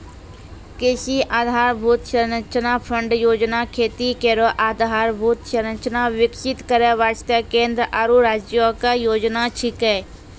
कृषि आधारभूत संरचना फंड योजना खेती केरो आधारभूत संरचना विकसित करै वास्ते केंद्र आरु राज्यो क योजना छिकै